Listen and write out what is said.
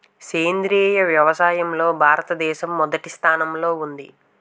సేంద్రీయ వ్యవసాయంలో భారతదేశం మొదటి స్థానంలో ఉంది